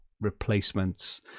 replacements